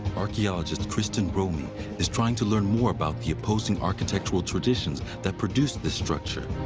archaeologist kristin romey is trying to learn more about the opposing architectural traditions that produced this structure.